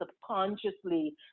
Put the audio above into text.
subconsciously